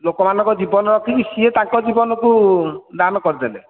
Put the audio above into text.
ଲୋକମାନଙ୍କ ଜୀବନ ରଖିକି ସେ ତାଙ୍କ ଜୀବନକୁ ଦାନ କରିଦେଲେ